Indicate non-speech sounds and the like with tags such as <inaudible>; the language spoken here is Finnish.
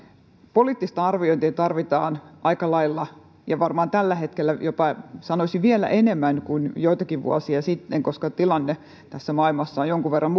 poliittista arviointia tarvitaan aika lailla ja varmaan tällä hetkellä jopa sanoisin vielä enemmän kuin joitakin vuosia sitten koska tilanne tässä maailmassa on jonkun verran <unintelligible>